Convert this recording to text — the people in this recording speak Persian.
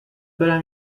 برم